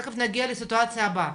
תיכף נגיע לסיטואציה הבאה.